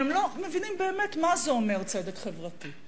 אבל הם לא מבינים באמת מה זה אומר צדק חברתי.